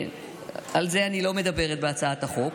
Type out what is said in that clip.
על זה אני לא מדברת בהצעת החוק